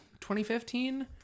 2015